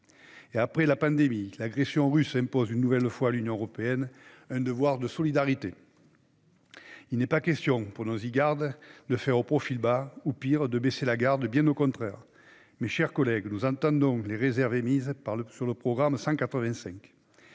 Après la pandémie, l'agression russe impose une nouvelle fois à l'Union européenne un devoir de solidarité. Il n'est pas question de faire profil bas ou, pire, de baisser la garde- bien au contraire ! Mes chers collègues, nous entendons les réserves émises sur le programme 185.